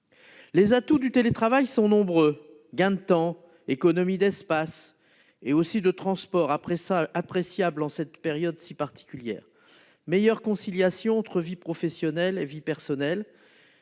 Les atouts du télétravail sont nombreux : gain de temps, économie d'espace et de transport- ce qui est appréciable en cette période si particulière -, meilleure conciliation entre vie professionnelle et vie personnelle,